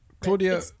Claudia